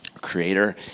creator